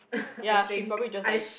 ya she probably just like